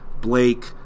Blake